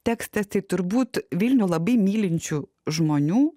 tekstas tai turbūt vilnių labai mylinčių žmonių